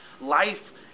life